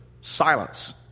Silence